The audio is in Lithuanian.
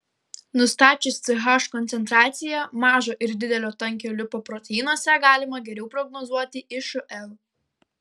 nustačius ch koncentraciją mažo ir didelio tankio lipoproteinuose galima geriau prognozuoti išl